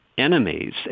enemies